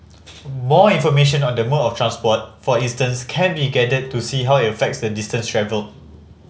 more information on the mode of transport for instance can be gathered to see how it affects the distance travelled